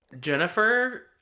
Jennifer